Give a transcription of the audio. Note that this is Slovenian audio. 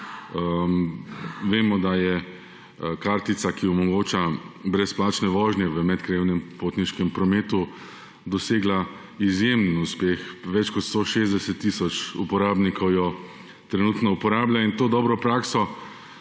Vemo, da je kartica, ki omogoča brezplačne vožnje v medkrajevnem potniškem prometu, dosegla izjemen uspeh, več kot 160 tisoč uporabnikov jo trenutno uporablja. In to dobro prakso,